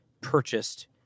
purchased